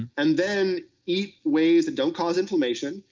and then eat ways that don't cause inflammation,